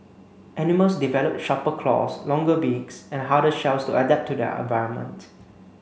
animals develop sharper claws longer beaks and harder shells to adapt to their environment